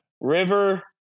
river